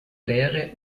lehre